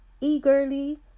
eagerly